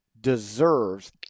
deserves